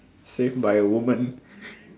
saved by a woman